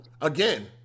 again